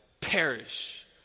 perish